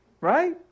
Right